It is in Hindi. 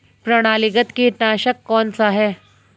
प्रणालीगत कीटनाशक कौन सा है?